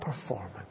performance